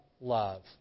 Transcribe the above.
love